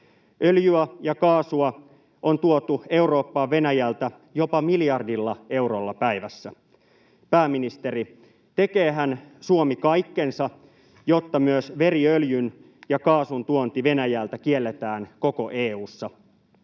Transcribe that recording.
Öljyä ja kaasua on tuotu Eurooppaan Venäjältä jopa miljardilla eurolla päivässä. Pääministeri, tekeehän Suomi kaikkensa, jotta myös veriöljyn ja ‑kaasun tuonti Venäjältä kielletään koko EU:ssa?